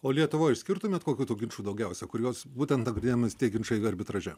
o lietuvoj išskirtumėt kokių tų ginčų daugiausia kuriuos būtent nagrinėjamas tie ginčai arbitraže